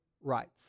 rights